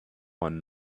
one